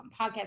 podcast